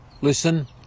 listen